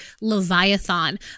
Leviathan